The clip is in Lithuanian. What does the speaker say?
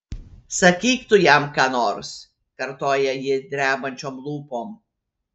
sakyk tu jam ką nors kartoja ji drebančiom lūpom